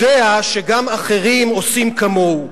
יודע שגם אחרים עושים כמוהו.